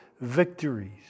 victories